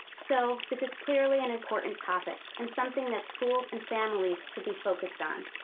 so, this is clearly an important topic and something that schools and families should be focused on,